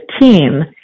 team